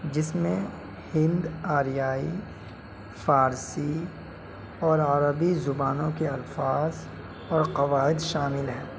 جس میں ہند آریائی فارسی اور عربی زبانوں کے الفاظ اور قواعد شامل ہیں